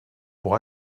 pour